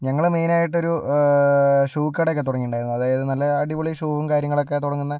ഞങ്ങൾ മെയിനായിട്ട് ഒരു ഷൂ കടയൊക്കെ തുടങ്ങിട്ടുണ്ടായിരുന്നു അതായത് നല്ല അടിപൊളി ഷൂവും കാര്യങ്ങളൊക്കെ തുടങ്ങുന്ന